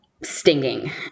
stinging